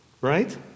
Right